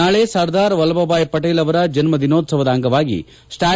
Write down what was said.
ನಾಳೆ ಸರ್ದಾರ್ ವಲ್ಲಭೆ ಭಾಯ್ ಪೆಟೇಲ್ ಅವೆರ ಜನ್ನ ದಿನೋತ್ಸವದ ಅಂಗವಾಗಿ ಸ್ಟಾ